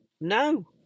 no